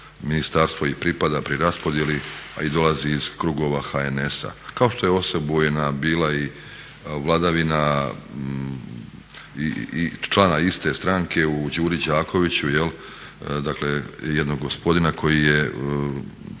ministarstvo i pripada pri raspodjeli, a i dolazi iz krugova HNS-a kao što je osebujna bila i vladavina člana iste stranke u Đuri Đakoviću, dakle jednog gospodina koji je